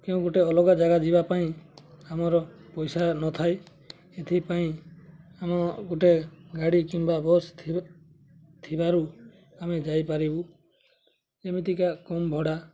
କେଉଁ ଗୋଟେ ଅଲଗା ଜାଗା ଯିବା ପାଇଁ ଆମର ପଇସା ନଥାଏ ଏଥିପାଇଁ ଆମ ଗୋଟେ ଗାଡ଼ି କିମ୍ବା ବସ୍ ଥିବ ଆମେ ଯାଇପାରିବୁ ଯେମିତିକା କମ ଭଡ଼ା